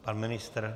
Pan ministr?